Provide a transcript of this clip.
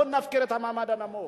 בוא נפקיר את המעמד הנמוך,